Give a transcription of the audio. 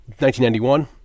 1991